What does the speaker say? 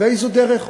איזו דרך?